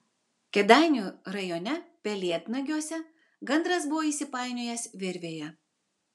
kėdainių rajone pelėdnagiuose gandras buvo įsipainiojęs virvėje